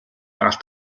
алт